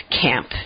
camp